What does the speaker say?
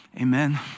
Amen